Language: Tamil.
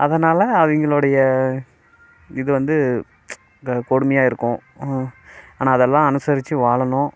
அதனால் அவங்களுடைய இது வந்து இந்த கொடுமையாக இருக்கும் ஆனால் அதெல்லாம் அனுசரிச்சி வாழணும்